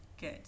Good